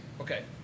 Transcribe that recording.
Okay